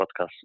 podcast